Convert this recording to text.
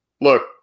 look